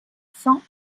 cent